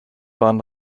waren